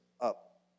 up